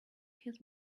his